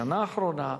בשנה האחרונה,